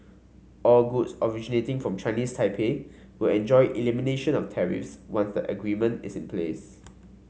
all goods originating from Chinese Taipei will enjoy elimination of tariffs once the agreement is in place